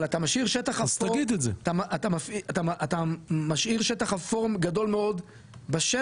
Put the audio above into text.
אבל אתה משאיר שטח אפור גדול מאוד באמצע,